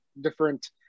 different